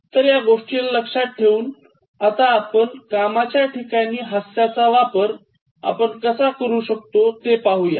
तर या गोष्टीला लक्षात ठेऊन आता आपण कामाच्या ठिकाणी हास्याचा वापर आपण कसा करू शकतो ते पाहूया